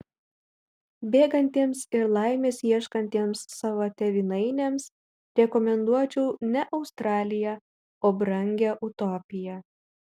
bėgantiems ir laimės ieškantiems savo tėvynainiams rekomenduočiau ne australiją o brangią utopiją